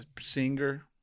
singer